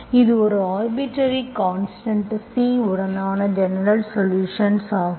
எனவே இது ஒரு ஆர்பிட்டர்ரி கான்ஸ்டன்ட் C உடனான ஜெனரல்சொலுஷன்ஸ் ஆகும்